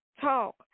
Talk